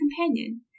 companion